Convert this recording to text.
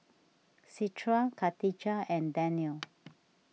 Citra Khatijah and Danial